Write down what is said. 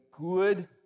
good